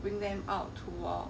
bring them out to walk